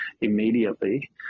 immediately